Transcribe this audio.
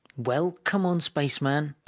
well, come on, spaceman,